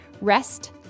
Rest